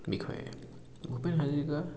বিষয়ে ভূপেন হাজৰিকা